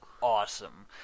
awesome